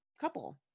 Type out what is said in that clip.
couple